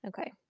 Okay